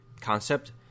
concept –